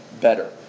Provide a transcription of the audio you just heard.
better